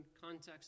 context